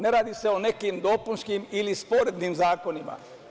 Ne radi se o nekim dopunskim ili sporednim zakonima.